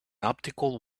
optical